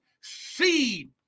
seed